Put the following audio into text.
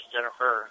Jennifer